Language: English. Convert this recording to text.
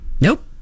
Nope